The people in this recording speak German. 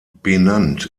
benannt